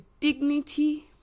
dignity